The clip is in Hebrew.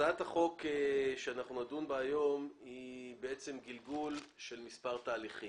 הצעת החוק שאנחנו נדון בה היום היא בעצם גלגול של מספר תהליכים.